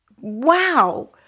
wow